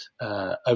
over